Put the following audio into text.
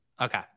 Okay